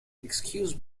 excuse